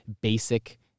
basic